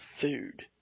food